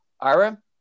Ira